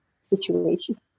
situation